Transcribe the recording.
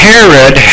Herod